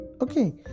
Okay